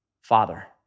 Father